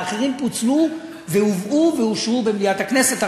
האחרים פוצלו, הובאו ואושרו במליאת הכנסת.